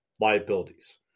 liabilities